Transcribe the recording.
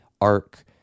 Arc